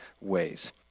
ways